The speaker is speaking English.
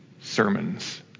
sermons